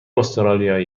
استرالیایی